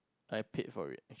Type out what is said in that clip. I paid for it